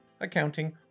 accounting